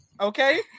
okay